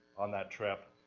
on that trip,